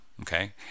okay